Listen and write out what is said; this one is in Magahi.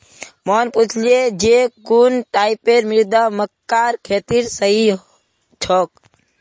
मोहन पूछले जे कुन टाइपेर मृदा मक्कार खेतीर सही छोक?